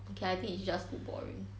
okay I think it's just too boring